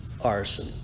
arson